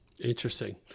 Interesting